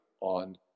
on